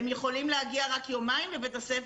הם יכולים להגיע רק יומיים לבית הספר,